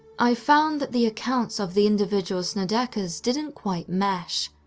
i found that the accounts of the individual snedekers didn't quite mesh.